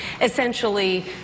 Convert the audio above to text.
essentially